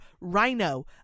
rhino